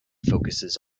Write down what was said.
focuses